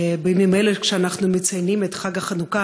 בימים אלה, כשאנחנו מציינים את חג החנוכה